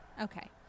Okay